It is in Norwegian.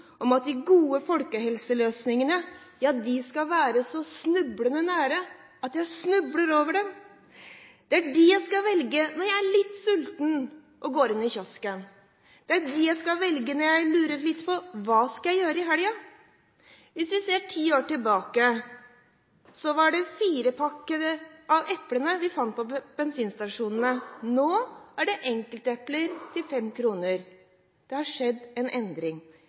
om at de gode folkehelseløsningene skal være så nær at jeg snubler over dem. Det er dem jeg skal velge når jeg er litt sulten og går inn i kiosken. Det er dem jeg skal velge når jeg lurer litt på hva jeg skal gjøre i helgen. Hvis vi ser ti år tilbake, fant vi firepakninger med epler på bensinstasjonene. Nå er det enkeltepler til fem kroner. Det har skjedd en endring.